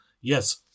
yes